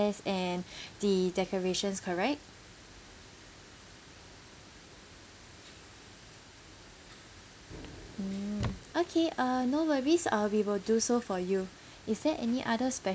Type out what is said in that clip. and the decorations correct mm okay uh no worries uh we will do so for you is there any other spe~